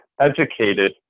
educated